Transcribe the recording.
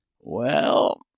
Well